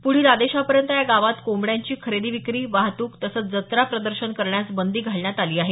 पुढील आदेशापर्यंत या गावांत कोंबड्यांची खरेदी विक्री वाहतूक तसंच जत्रा प्रदर्शन करण्यास बंदी घालण्यात आली आहे